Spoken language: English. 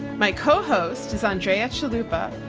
my cohost is andrea chalupa,